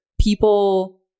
people